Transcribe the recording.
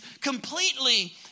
completely